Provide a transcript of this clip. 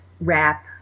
wrap